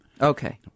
Okay